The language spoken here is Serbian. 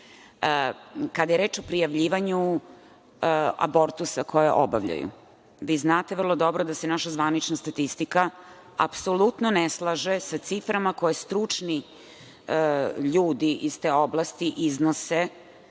kada je reč o prijavljivanju abortusa koje obavljaju. Vi znate vrlo dobro da se naša zvanična statistika apsolutno ne slaže sa ciframa koje stručni ljudi iz te oblasti iznose